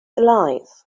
alive